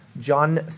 John